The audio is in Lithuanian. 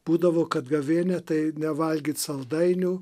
būdavo kad gavėnia tai nevalgyt saldainių